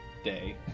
day